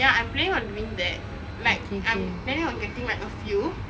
ya I'm planning on doing that like I'm planning on getting like a few